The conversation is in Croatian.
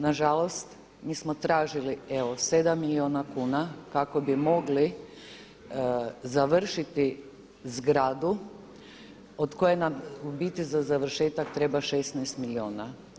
Na žalost mi smo tražili evo 7 milijuna kuna kako bi mogli završiti zgradu od koje nam u biti za završetak treba 16 milijuna.